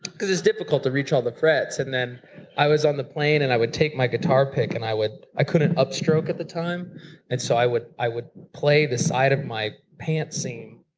because it's difficult to reach all the frets. and then i was on the plane and i would take my guitar pick and i would, i couldn't upstroke at the time and so i would i would play the side of my pant seam.